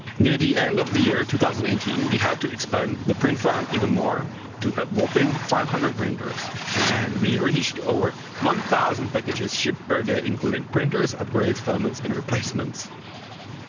near the end of the year two thousand and eighteen, we had to expand the print farm even more to a whopping five hundred printers and we reached over one thousand packages shipped per day including printers, upgrades, filaments, and replacements.